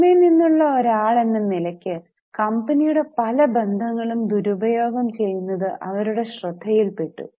പുറമെ നിന്നുള്ള ഒരു ആൾ എന്ന നിലക്ക് കമ്പനിയുടെ പല ബന്ധങ്ങളും ദുരുപയോഗം ചെയ്യുന്നത് അവരുടെ ശ്രദ്ധയിൽപെട്ടു